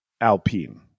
Alpine